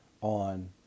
on